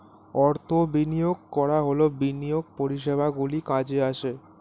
অর্থ বিনিয়োগ করা হলে বিনিয়োগ পরিষেবাগুলি কাজে আসে